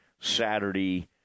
Saturday